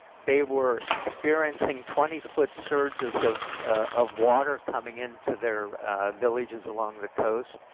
they were experiencing twenty foot surges of of water coming into their villages along the coast,